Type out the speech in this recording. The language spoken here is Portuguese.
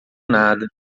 nada